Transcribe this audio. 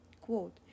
quote